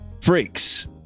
freaks